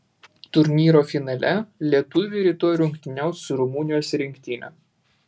turnyro finale lietuviai rytoj rungtyniaus su rumunijos rinktine